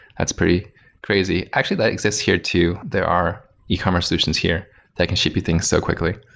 that's pretty crazy. actually, that exists here too. there are ecommerce solutions here that can ship you things so quickly.